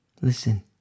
Listen